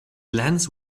lens